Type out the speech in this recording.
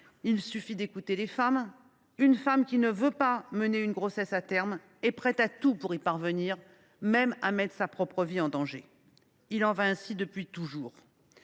du documentaire, une femme qui ne veut pas mener une grossesse à terme est prête à tout pour y parvenir, même à mettre sa vie en danger. Il en est ainsi depuis toujours.